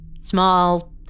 Small